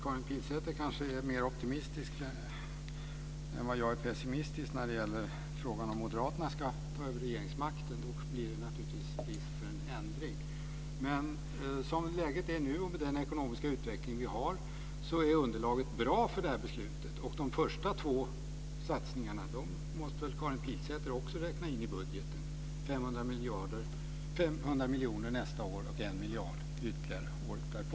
Karin Pilsäter kanske är mer optimistisk än vad jag är pessimistisk när det gäller frågan om Moderaterna ska ta över regeringsmakten. Då blir det naturligtvis en ändring. Men som läget är nu och med den ekonomiska utveckling vi har är underlaget bra för beslutet. De första två satsningarna måste väl Karin Pilsäter också räkna in i budgeten. Det är 500 miljoner nästa år och 1 miljard ytterligare året därpå.